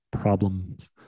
problems